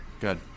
Good